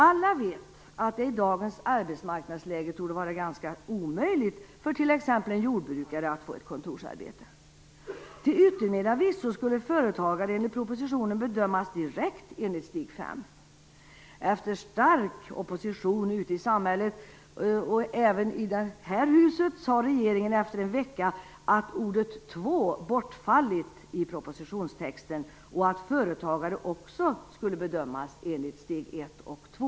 Alla vet att det i dagens arbetsmarknadsläge torde vara ganska omöjligt för t.ex. en jordbrukare att få ett kontorsarbete. Till yttermera visso skulle företagare enligt propositionen bedömas direkt enligt steg 5. Efter stark opposition ute i samhället, och även i detta hus, sade regeringen efter en vecka att ordet "två" bortfallit i propositionstexten och att företagare också skulle bedömas enligt steg 1 och 2.